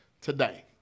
today